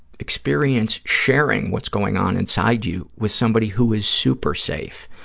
experience sharing what's going on inside you with somebody who is super safe,